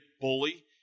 bully